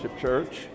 church